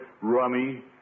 Rummy